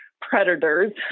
predators